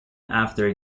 after